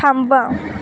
थांबवा